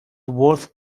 worth